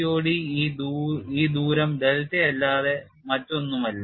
CTOD ഈ ദൂരം ഡെൽറ്റയല്ലാതെ മറ്റൊന്നുമല്ല